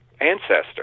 ancestor